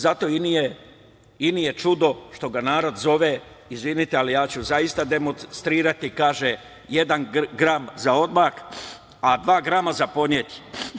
Zato i nije čudo što ga narod zove, izvinite, ali ja ću zaista demostrirati, kaže: „Jedan gram za odmah, a dva grama za poneti“